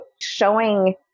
showing